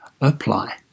apply